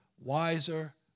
wiser